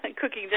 cooking